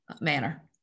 manner